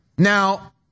Now